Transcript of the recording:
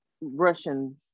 Russian